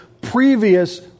previous